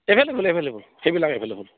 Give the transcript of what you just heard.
এভেইলেৱল এভেইলেৱল সেইবিলাক এভেইলেৱল